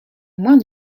moins